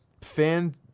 fan